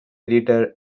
editor